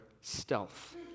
stealth